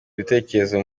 ibitekerezo